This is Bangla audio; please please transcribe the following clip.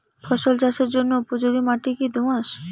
ফসল চাষের জন্য উপযোগি মাটি কী দোআঁশ?